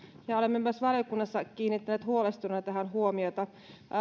ja ja olemme myös valiokunnassa kiinnittäneet huolestuneena tähän huomiota